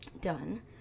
done